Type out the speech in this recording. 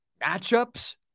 matchups